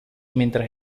mientras